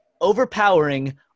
overpowering